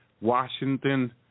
Washington